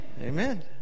Amen